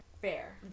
Fair